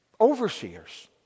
overseers